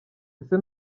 ese